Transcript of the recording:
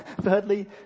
Thirdly